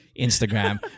Instagram